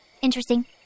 Interesting